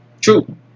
True